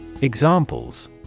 Examples